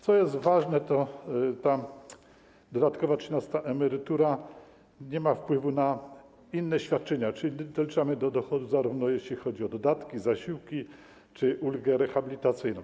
Co jest ważne, ta dodatkowa trzynasta emerytura nie ma wpływu na inne świadczenia, czyli doliczamy do dochodu, zarówno jeśli chodzi o dodatki, zasiłki czy ulgę rehabilitacyjną.